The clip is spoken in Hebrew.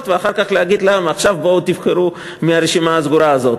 ואחר כך להגיד לעם: עכשיו בואו תבחרו מהרשימה הסגורה הזאת.